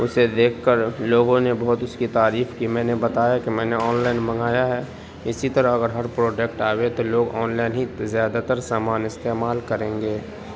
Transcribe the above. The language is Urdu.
اسے دیکھ کر لوگوں نے بہت اس کی تعریف کی میں نے بتایا کہ میں نے آن لائن منگایا ہے اسی طرح اگر ہر پروڈکٹ آوے تو لوگ آن لائن ہی زیادہ تر سامان استعمال کریں گے